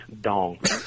dong